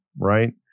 right